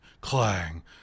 clang